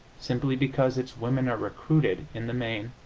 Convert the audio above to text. simply because its women are recruited, in the main,